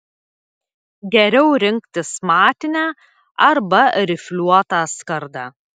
geriau rinktis matinę arba rifliuotą skardą